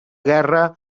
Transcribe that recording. guerra